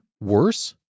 worse